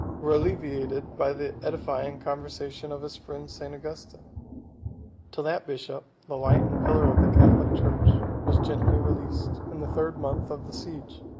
were alleviated by the edifying conversation of his friend st. augustin till that bishop, the light and pillar of the catholic church, was gently released, in the third month of the siege,